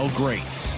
greats